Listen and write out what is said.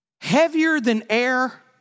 heavier-than-air